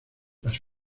las